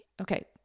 Okay